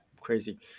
Crazy